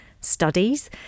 studies